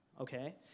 okay